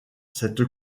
cette